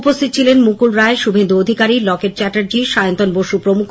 উপস্হিত ছিলেন মুকুল রায় শুভেন্দু অধিকারী লকেট চ্যাটার্জী সায়ন্তন বসু প্রমুখ